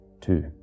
Two